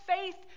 faith